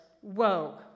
whoa